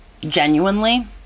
genuinely